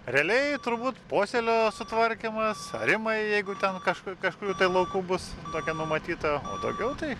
realiai turbūt posėlio sutvarkymas arimai jeigu ten kažkur kažkur tai laukų bus tokia numatyta daugiau tai